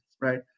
right